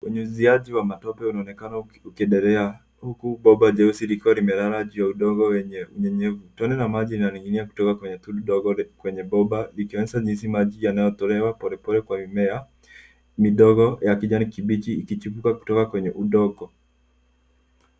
Unyunyuziaji wa matope unaonekana ukiendelea, huku bomba jeusi likiwa limelala juu ya udongo wenye unyenyevu. Tone la maji linaning'inia kutoka kwenye tundu dogo kwenye bomba, likionyesha jinsi maji yanayotolewa polepole kwa mimea midogo ya kijani kibichi ikichipuka kutoka kwenye udongo.